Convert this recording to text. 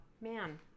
Man